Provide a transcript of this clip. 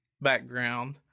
background